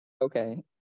okay